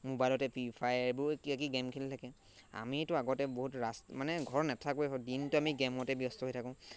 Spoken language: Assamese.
মোবাইলতে ফ্ৰী ফায়াৰ এইবোৰ কিবা কিবি গে'ম খেলি থাকে আমিতো আগতে বহুত ৰাস মানে ঘৰত নাথাকোৱে দিনটো আমি গে'মতে ব্যস্ত হৈ থাকোঁ